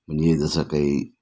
म्हणजे जसं काही